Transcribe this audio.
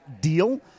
Deal